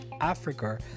Africa